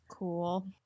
Cool